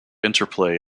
interplay